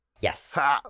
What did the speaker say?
yes